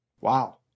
Wow